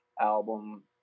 album